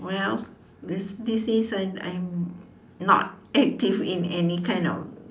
well these these days I I'm not active in any kind of